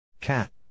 Cat